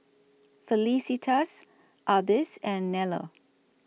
Felicitas Ardyce and Nello